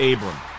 Abram